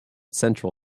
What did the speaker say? central